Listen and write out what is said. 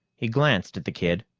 he glanced at the kid,